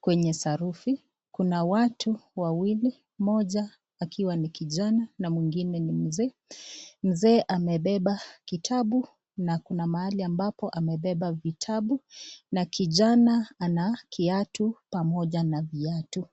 kwenye sarufi kuna watu wawili moja akiwa na kijani na mwengine ni Mzee, mzee amepepa kitabu na Kuna mahali ambapo amepepa kitabu na kijana ana kiatu pamoja na viatu.